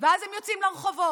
ואז הם יוצאים לרחובות.